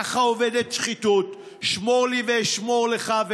ככה עובדת שחיתות: שמור לי ואשמור לך,